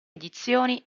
edizioni